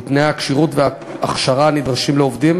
ותנאי הכשירות וההכשרה הנדרשים לעובדים